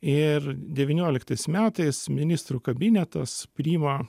ir devynioliktais metais ministrų kabinetas priima